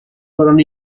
fueron